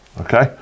Okay